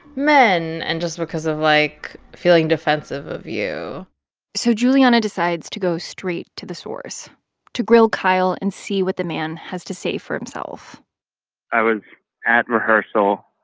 men and just because of, like, feeling defensive of you so juliana decides to go straight to the source to grill kyle and see what the man has to say for himself i was at rehearsal,